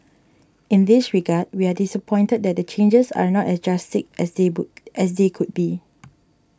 in this regard we are disappointed that the changes are not as drastic as they could be